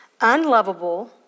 unlovable